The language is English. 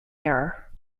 era